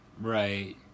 Right